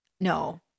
No